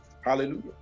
Hallelujah